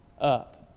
up